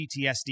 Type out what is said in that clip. PTSD